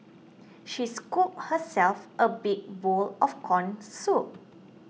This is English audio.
she scooped herself a big bowl of Corn Soup